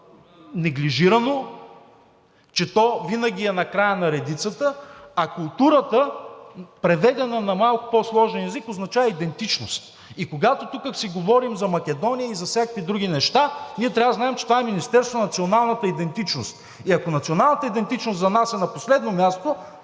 неглижирано, че то винаги е на края на редицата, а културата, преведена на малко по-сложен език, означава идентичност. Когато тук си говорим за Македония и за всякакви други неща, ние трябва да знаем, че това е Министерството на националната идентичност.И ако националната идентичност за нас е на последно място,